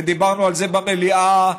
ודיברנו על זה במליאה,